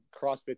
CrossFit